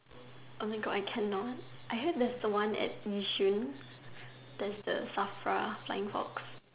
Oh my God I cannot I heard there's the one at Yishun there's the Safra flying fox